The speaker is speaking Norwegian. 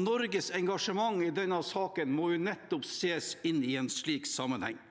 Norges engasjement i denne saken må nettopp ses i en slik sammenheng.